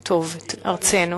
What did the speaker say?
טוב את ארצנו,